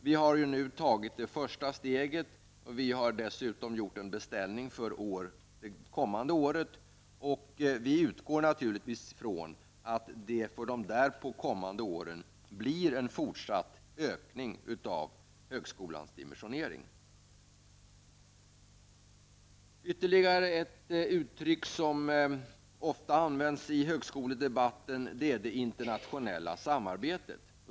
Vi har ju tagit det första steget, och vi har dessutom gjort en beställning för det kommande året. Vi utgår naturligtvis från att det för de därpå kommande åren blir en fortsatt ökning av högskolans dimensionering. Ytterligare en sak som det ofta talas om i högskoledebatten är det internationella samarbetet.